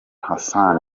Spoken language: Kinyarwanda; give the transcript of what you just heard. hassan